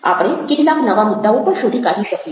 આપણે કેટલાક નવા મુદ્દાઓ પણ શોધી કાઢી શકીએ